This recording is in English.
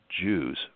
Jews